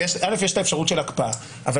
אפשרות של הקפאה, אבל